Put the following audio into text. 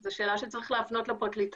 זו שאלה שצריך להפנות לפרקליטות.